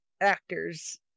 actors